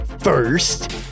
first